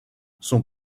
son